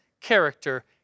character